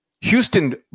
Houston